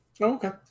Okay